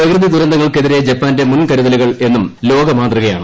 പ്രകൃതി ദുരന്തങ്ങൾക്കെതിരെ ജപ്പാന്റെ മുൻ കരുതലുകൾ എന്നും ലോക മാതൃകയാണ്